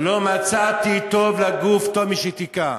לא מצאתי לגוף טוב משתיקה,